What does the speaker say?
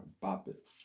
Bop-It